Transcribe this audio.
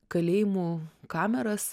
kalėjimų kameras